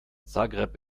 zagreb